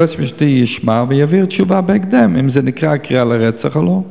היועץ המשפטי יישמע ויביא תשובה בהקדם אם זה נקרא קריאה לרצח או לא.